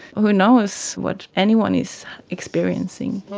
who knows what anyone is experiencing?